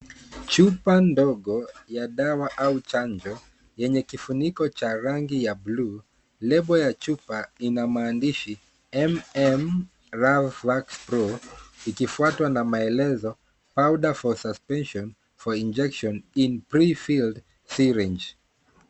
Chupa ndogo ya dawa au chanjo yenye kifuniko cha rangi ya bluu, lebo ya chupa ina maandishi MM-Rvax pro ikifuatwa na maelezo powder for suspension for injection in pre-filled syringe .